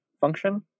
function